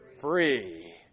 free